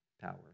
power